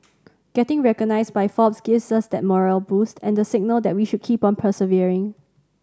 getting recognised by Forbes gives us that morale boost and the signal that we should keep on persevering